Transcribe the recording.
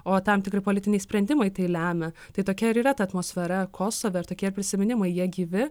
o tam tikri politiniai sprendimai tai lemia tai tokia ir yra ta atmosfera kosove ir tokie prisiminimai jie gyvi